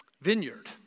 vineyard